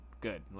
good